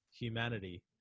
humanity